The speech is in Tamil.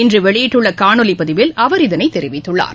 இன்று வெளியிட்டுள்ள காணொலி பதிவில் அவர் இதனை தெரிவித்துள்ளார்